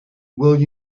will